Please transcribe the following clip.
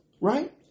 right